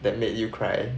that make you cry